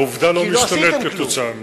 העובדה לא משתנה כתוצאה מזה.